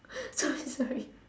sorry sorry